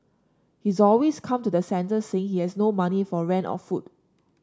he always comes to the centre saying he has no money for rent or food